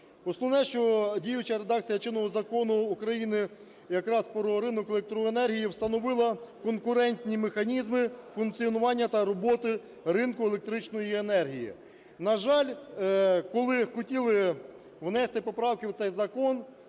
Основне, що діюча редакція чинного Закону України якраз про ринок електроенергії встановила конкурентні механізми функціонування та роботи ринку електричної енергії. На жаль, коли хотіли внести поправки в цей закон